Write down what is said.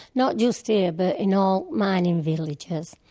not just here, but in all mining villages.